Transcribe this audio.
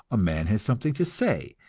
a man has something to say,